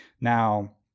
Now